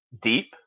deep